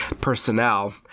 personnel